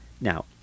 Now